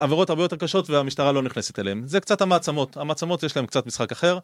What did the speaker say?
עבירות הרבה יותר קשות והמשטרה לא נכנסת אליהם. זה קצת המעצמות, המעצמות יש להן קצת משחק אחר